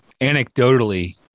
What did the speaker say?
anecdotally